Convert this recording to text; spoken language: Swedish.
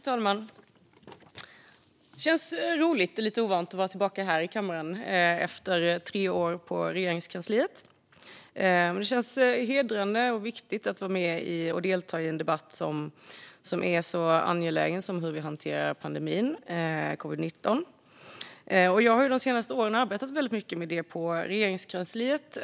Fru talman! Det känns roligt, och lite ovant, att vara tillbaka här i kammaren efter tre år på Regeringskansliet. Det känns hedrande och viktigt att delta i en debatt om något så angeläget som hur vi hanterar covid-19-pandemin. Jag har de senaste åren arbetat väldigt mycket med detta på Regeringskansliet.